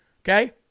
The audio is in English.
Okay